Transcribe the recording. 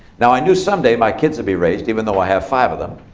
now, i knew someday, my kids would be raised, even though i have five of them.